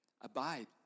Abide